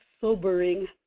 sobering